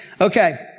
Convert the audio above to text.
Okay